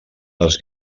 les